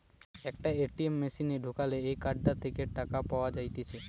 একটা এ.টি.এম মেশিনে ঢুকালে এই কার্ডটা থেকে টাকা পাওয়া যাইতেছে